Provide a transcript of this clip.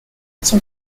son